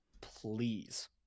Please